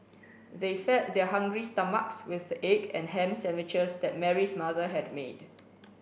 they fed their hungry stomachs with the egg and ham sandwiches that Mary's mother had made